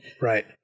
Right